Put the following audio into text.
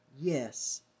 Yes